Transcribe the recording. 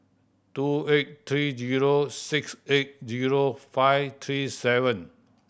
two eight three zero six eight zero five three seven